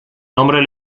nombre